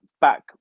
back